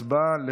הצבעה על